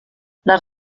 les